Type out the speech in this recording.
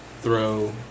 throw